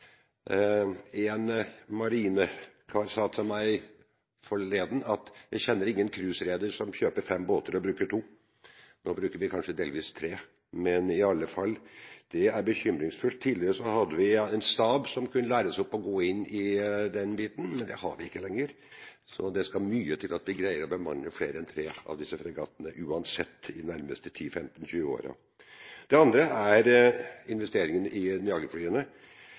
En marinekar sa til meg forleden at «jeg kjenner ingen cruise-reder som kjøper fem båter og bruker to». Nå bruker vi kanskje delvis tre, men i alle fall: Det er bekymringsfullt. Tidligere hadde vi en stab som kunne læres opp og gå inn i den biten, men det har vi ikke lenger, så det skal mye til at vi greier å bemanne flere enn tre av disse fregattene, uansett, de nærmeste 10–15–20 årene. Det andre er investeringene i jagerflyene,